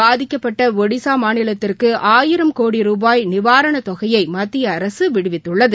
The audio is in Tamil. பாதிக்கப்பட்டஒடசாமாநிலத்திற்குஆயிரம் கோடி புயலால் ருபாய் நிவாரனத் தொகையைமத்திய அரசுவிடுவித்துள்ளது